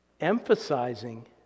emphasizing